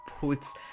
puts